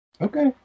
Okay